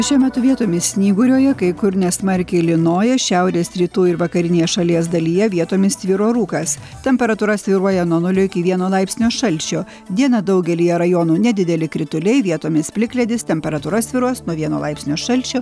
šiuo metu vietomis snyguriuoja kai kur nesmarkiai lynoja šiaurės rytų ir vakarinėje šalies dalyje vietomis tvyro rūkas temperatūra svyruoja nuo nulio iki vieno laipsnio šalčio dieną daugelyje rajonų nedideli krituliai vietomis plikledis temperatūra svyruos nuo vieno laipsnio šalčio